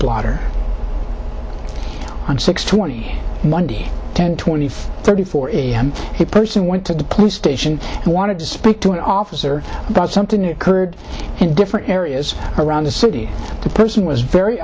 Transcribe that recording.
blotter on six twenty monday ten twenty five thirty four a person went to the police station and wanted to speak to an officer but something you heard in different areas around the city the person was very